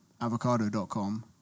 Avocado.com